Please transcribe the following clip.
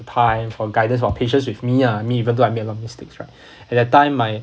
time for guidance for patience with me lah me even though I made a lot of mistakes right at the time my